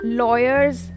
lawyers